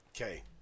okay